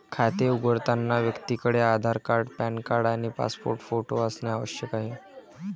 खाते उघडताना व्यक्तीकडे आधार कार्ड, पॅन कार्ड आणि पासपोर्ट फोटो असणे आवश्यक आहे